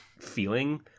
feeling